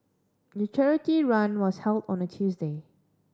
the charity run was held on a Tuesday